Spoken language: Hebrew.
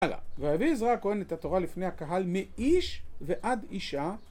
ויביא עזרא הכהן את התורה לפני הקהל מאיש ועד אישה.